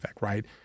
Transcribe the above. right